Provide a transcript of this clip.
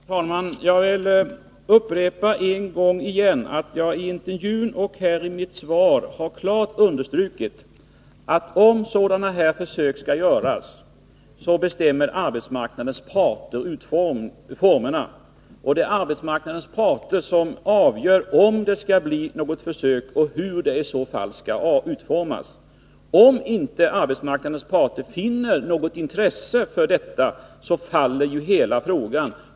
Herr talman! Jag vill upprepa än en gång att jag i intervjun och här i svaret klart har understrukit att om sådana försök skall göras, så bestämmer arbetsmarknadens parter formerna. Det är de parterna som avgör om det skall bli något försök och hur det i så fall skall utformas. Om inte arbetsmarknadens parter finner något intresse för detta, faller ju hela frågan.